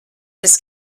this